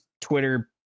Twitter